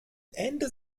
ende